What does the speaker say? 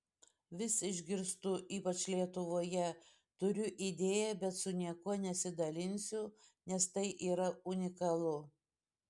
vis išgirstu ypač lietuvoje turiu idėją bet su niekuo nesidalinsiu nes tai yra unikalu